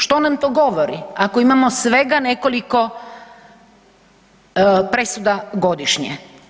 Što nam to govori ako imamo svega nekoliko presuda godišnje?